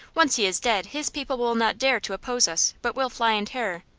once he is dead his people will not dare to oppose us, but will fly in terror.